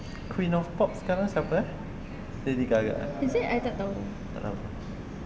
queen of pop sekarang siapa eh lady gaga eh tak tahu